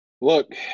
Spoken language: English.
look